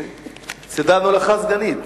סידרנו לך סגנית,